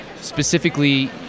Specifically